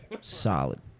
Solid